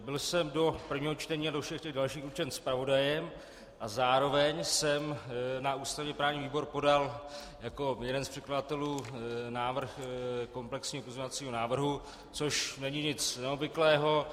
Byl jsem do prvního čtení a do všech dalších určen zpravodajem a zároveň jsem na ústavněprávní výbor podal jako jeden z předkladatelů návrh komplexního pozměňovacího návrhu, což není nic neobvyklého.